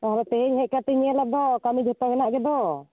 ᱛᱟᱦᱚᱞᱮ ᱛᱮᱦᱮᱧ ᱦᱮᱡ ᱠᱟᱛᱤᱧ ᱧᱮᱞᱮᱫ ᱫᱚ ᱠᱟᱹᱢᱤ ᱡᱚᱛᱚ ᱦᱮᱱᱟᱜ ᱜᱮᱫᱚ